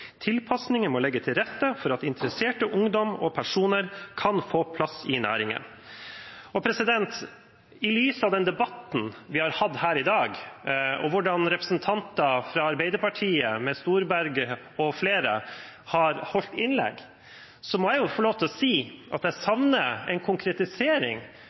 Tilpasningene må legge til rette for at interesserte ungdommer/personer kan få plass i næringen.» I lys av den debatten vi har hatt her i dag, og innleggene som har vært holdt av representanter fra Arbeiderpartiet – Storberget mfl. – må jeg få lov til å si at jeg savner en konkretisering